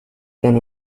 can